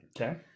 Okay